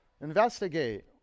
Investigate